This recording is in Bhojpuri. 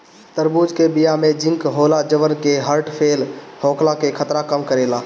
तरबूज के बिया में जिंक होला जवन की हर्ट फेल होखला के खतरा कम करेला